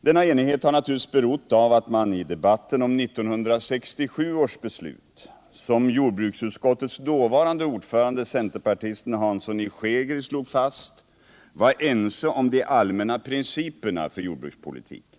Denna enighet har naturligtvis berott på att man i debatten om 1967 års beslut, som jordbruksutskottets dåvarande ordförande centerpartisten Hansson i Skegrie slog fast, var ense om de allmänna principerna för jordbrukspolitiken.